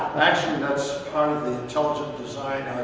actually, that's part of the intelligent design